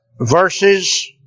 verses